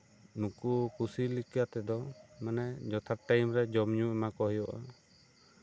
ᱱᱩᱠᱩ ᱠᱩᱥᱤ ᱞᱮᱠᱟᱛᱮᱫᱚ ᱢᱟᱱᱮ ᱡᱚᱛᱷᱟᱛ ᱴᱟᱭᱤᱢ ᱨᱮ ᱡᱚᱢ ᱧᱩ ᱮᱢᱟ ᱠᱚ ᱦᱩᱭᱩᱜᱼᱟ